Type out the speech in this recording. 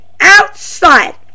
outside